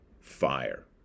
fire